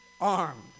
armed